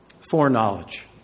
Foreknowledge